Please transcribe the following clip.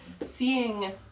Seeing